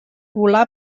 volà